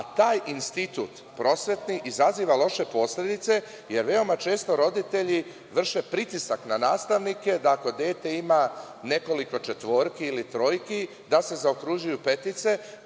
a taj institut prosvetni izaziva loše posledice, jer veoma često roditelji vrše pritisak na nastavnike da ako dete ima nekoliko četvorki ili trojki, da se zaokružuju petice.